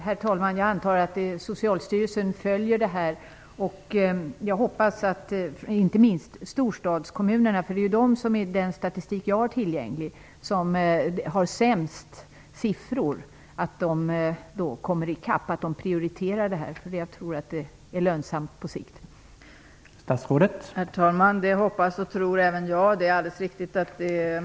Herr talman! Jag antar att Socialstyrelsen följer detta. Jag hoppas också att inte minst storstadskommunerna, som enligt den statistik som jag har tillgänglig har de sämsta siffrorna, prioriterar detta och kommer i kapp.